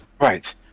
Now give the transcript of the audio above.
Right